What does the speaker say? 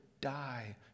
die